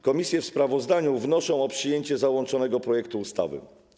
Komisje w sprawozdaniu wnoszą o przyjęcie załączonego projektu ustawy.